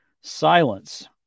silence